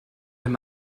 wenn